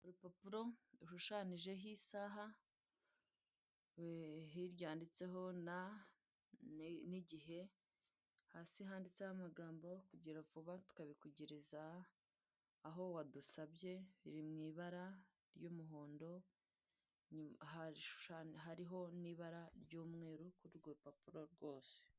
Urupapuro rushushanyijeho isaha hirya handitseho na n'igihe, hasi handitseho amagambo kugira vuba tukabikugereza aho wadusabye, biri mu ibara ry'umuhondo hariho n'ibara ry'umweru kuri urwo rupapuro rwose.